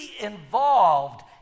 involved